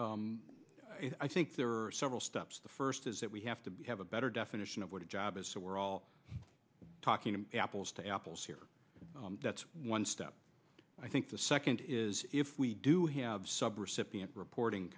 program i think there are several steps the first is that we have to be have a better definition of what a job is so we're all talking apples to apples here that's one step i think the second is if we do have sub recipient reporting